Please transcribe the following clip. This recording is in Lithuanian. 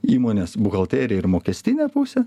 įmonės buhalteriją ir mokestinę pusę